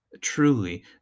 truly